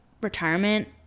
retirement